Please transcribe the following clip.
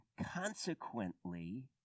consequently